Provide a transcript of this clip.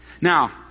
Now